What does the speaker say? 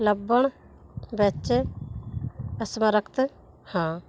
ਲੱਭਣ ਵਿੱਚ ਅਸਮਰੱਥ ਹਾਂ